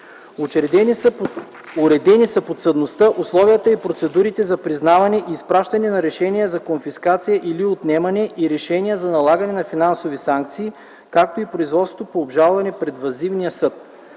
Уредени са подсъдността, условията и процедурите за признаване и изпращане на решения за конфискация или отнемане и решения за налагане на финансови санкции, както и производството по обжалване пред въззивния съд.